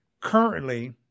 Currently